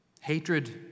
Hatred